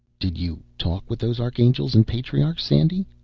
did you talk with those archangels and patriarchs, sandy?